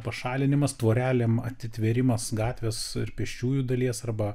pašalinimas tvorelėm atitvėrimas gatvės pėsčiųjų dalies arba